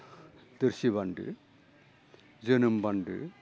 थोरसि बान्दो जोनोम बान्दो